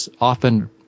often